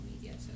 media